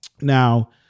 Now